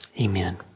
amen